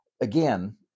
Again